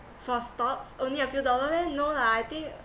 for stocks only a few dollars meh no lah I think